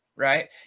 Right